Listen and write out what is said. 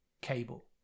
cable